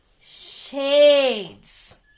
shades